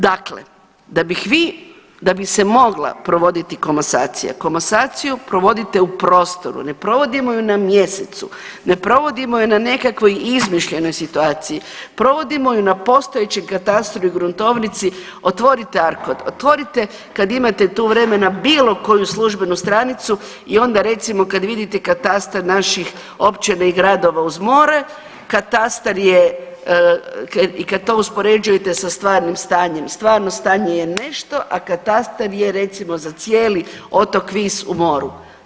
Dakle, da bih vi, da bi se mogla provoditi komasacija komasaciju provodite u prostoru, ne provodimo ju na mjesecu, ne provodimo je na nekakvoj izmišljenoj situaciji, provodimo ju na postojećem katastru i gruntovnici, otvorite ARCOD, otvorite kad imate tu vremena bilo koju službenu stranicu i onda recimo kad vidite katastar naših općina i gradova uz more katastar je i kad to uspoređujete sa stvarnim stanjem, stvarno stanje je nešto, a katastar je recimo za cijeli otok Vis u moru.